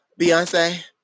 Beyonce